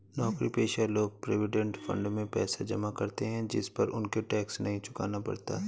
नौकरीपेशा लोग provident fund में पैसा जमा करते है जिस पर उनको टैक्स नहीं चुकाना पड़ता